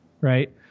right